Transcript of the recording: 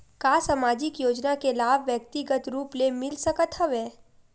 का सामाजिक योजना के लाभ व्यक्तिगत रूप ले मिल सकत हवय?